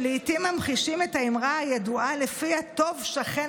ולעיתים ממחישים את האמרה הידועה שלפיה "טוב שכן